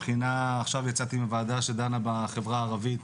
עכשיו יצאתי מוועדה שדנה בחברה הערבית